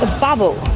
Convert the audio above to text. ah bubble,